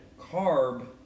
carb